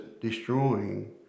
destroying